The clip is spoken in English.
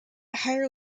higher